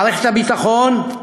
מערכת הביטחון,